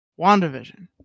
WandaVision